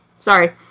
sorry